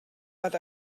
but